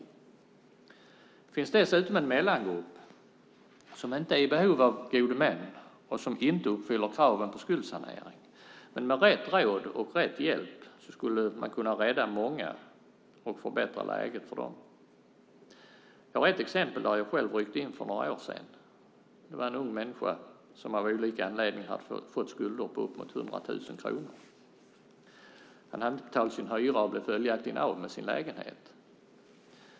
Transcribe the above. Det finns dessutom en mellangrupp som inte är i behov av gode män och som inte uppfyller kraven på skuldsanering. Med rätt råd och rätt hjälp skulle man dock kunna rädda många och förbättra läget för dem. Jag har ett exempel där jag själv ryckte in för några år sedan. Det var en ung människa som av olika anledningar hade fått skulder på upp emot 100 000 kronor. Han hade inte betalat sin hyra och blev följaktligen av med sin lägenhet.